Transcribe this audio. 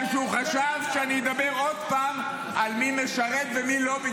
שהוא חשב שאני אדבר עוד פעם על מי משרת ומי לא משרת,